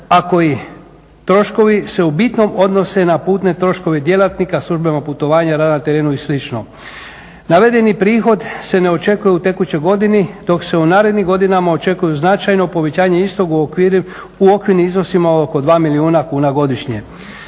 Ako i troškove se u bitnom odnose na putne troškove djelatnika, službenih putovanja, rada na terenu i slično. Navedeni prihod se ne očekuje u tekućoj godini dok se u narednim godinama očekuju značajno povećanje istog u okvirnim iznosima od oko 2 milijuna kuna godišnje.